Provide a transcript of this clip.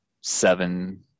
seven